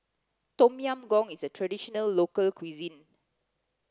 Tom Yam Goong is a traditional local cuisine